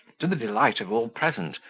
to the delight of all present,